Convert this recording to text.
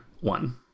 one